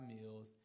meals